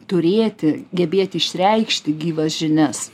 turėti gebėti išreikšti gyvas žinias